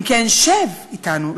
אם כן שב אתנו.